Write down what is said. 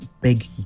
big